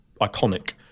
iconic